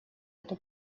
эту